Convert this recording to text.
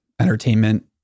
entertainment